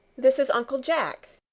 this is uncle jack.